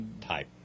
type